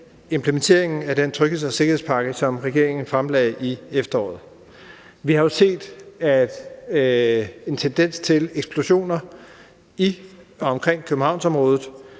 implementeringen af den trygheds- og sikkerhedspakke, som regeringen fremlagde i efteråret. Vi har jo set en tendens til eksplosioner i og omkring Københavnsområdet,